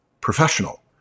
professional